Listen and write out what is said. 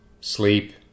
sleep